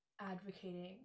advocating